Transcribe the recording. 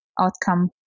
outcome